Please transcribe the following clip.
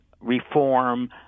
reform